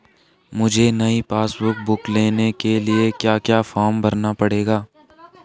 मुझे नयी passbook book लेने के लिए क्या फार्म भरना पड़ेगा?